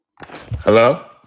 Hello